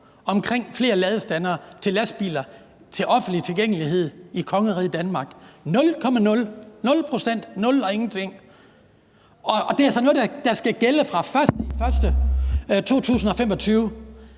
omkring flere ladestandere til lastbiler med offentlig tilgængelighed i kongeriget Danmark – 0 pct., ingenting – og det er altså noget, der skal gælde fra den 1.